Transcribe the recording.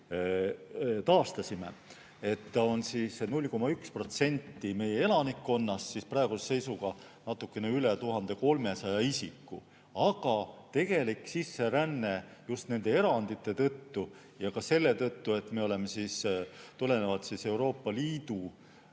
taastasime, kehtiv 0,1% meie elanikkonnast. See on praeguse seisuga natuke üle 1300 isiku. Aga tegelik sisseränne on just nende erandite tõttu ja ka selle tõttu, et me oleme tulenevalt Euroopa Liidu